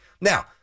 Now